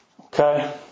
Okay